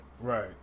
right